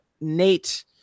Nate